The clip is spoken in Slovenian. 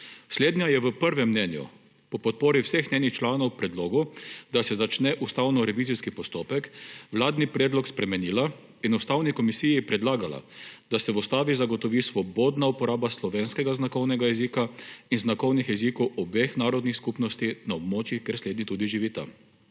Slednja je v prvem mnenju po podpori vseh njenih članov predlogov, da se začne ustavnorevizijski postopek, vladni predlog spremenila in Ustavni komisiji predlagala, da se v ustavi zagotovi svobodna uporaba slovenskega znakovnega jezika in znakovnih jezikov obeh narodnih skupnosti na območjih, kjer slednji tudi živita.